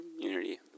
community